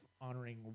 honoring